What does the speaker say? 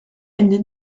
ended